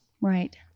Right